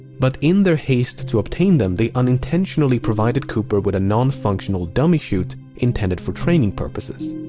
but in their haste to obtain them, they unintentionally provided cooper with a nonfunctional dummy-chute intended for training purposes.